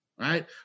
right